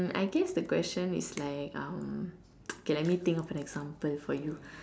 I guess the question is like um okay let me think of an example for you